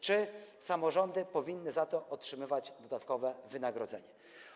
Czy samorządy powinny za to otrzymywać dodatkowe wynagrodzenie?